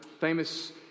Famous